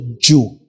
Jew